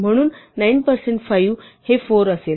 म्हणून 9 पर्सेंट 5 हे 4 असेल